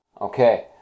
Okay